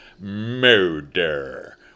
murder